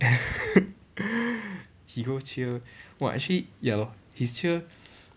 he go cheer !wah! actually ya lor his cheer